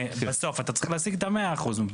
בסוף אתה צריך להשיג את ה-100 אחוז.